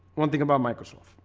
one thing about microsoft,